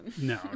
No